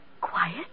quiet